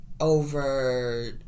over